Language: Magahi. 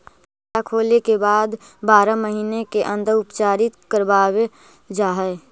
खाता खोले के बाद बारह महिने के अंदर उपचारित करवावल जा है?